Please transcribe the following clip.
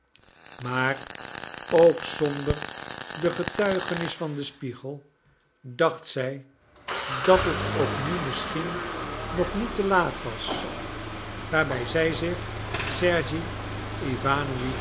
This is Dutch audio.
maar ook zonder de getuigenis van den spiegel dacht zij dat het ook nu misschien nog niet te laat was waarbij zij zich sergej